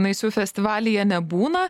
naisių festivalyje nebūna